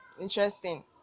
Interesting